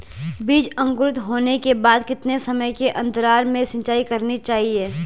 बीज अंकुरित होने के बाद कितने समय के अंतराल में सिंचाई करनी चाहिए?